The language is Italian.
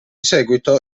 seguito